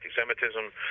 anti-Semitism